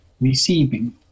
receiving